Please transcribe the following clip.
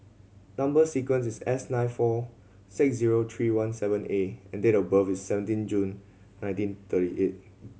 number sequence is S nine four six zero three one seven A and date of birth is seventeen June nineteen thirty eight